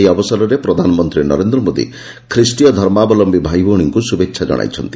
ଏହି ଅବସରରେ ପ୍ରଧାନମନ୍ତୀ ନରେନ୍ଦ ମୋଦି ଖ୍ରୀଷ୍ଟୀୟ ଧର୍ମାବଲମ୍ୟୀ ଭାଇଭଉଣୀଙ୍କୁ ଶୁଭେଛା ଜଣାଇଛନ୍ତି